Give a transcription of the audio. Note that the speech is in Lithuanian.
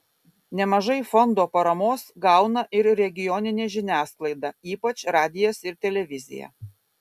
nemažai fondo paramos gauna ir regioninė žiniasklaida ypač radijas ir televizija